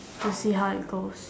to see how it goes